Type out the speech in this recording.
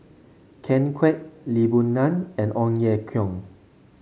Ken Kwek Lee Boon Ngan and Ong Ye Kung